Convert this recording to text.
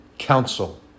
council